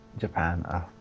Japan